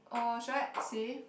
or should I say